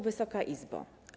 Wysoka Izbo!